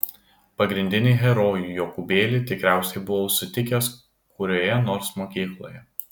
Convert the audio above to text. pagrindinį herojų jokūbėlį tikriausiai buvau sutikęs kurioje nors mokykloje